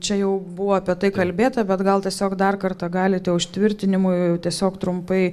čia jau buvo apie tai kalbėta bet gal tiesiog dar kartą galite užtvirtinimui tiesiog trumpai